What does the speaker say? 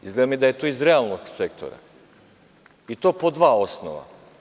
Izgleda mi da je to iz realnog sektora i to po dva osnova.